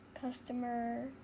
customer